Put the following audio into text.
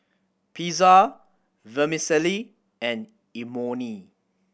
Pizza Vermicelli and Imoni